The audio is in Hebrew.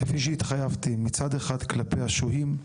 כפי שהתחייבתי מצד אחד כלפי השוהים,